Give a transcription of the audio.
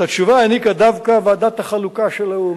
את התשובה העניקה דווקא ועדת החלוקה של האו"ם.